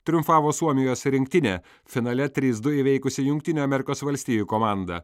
triumfavo suomijos rinktinė finale trys du įveikusi jungtinių amerikos valstijų komandą